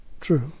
True